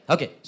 Okay